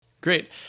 Great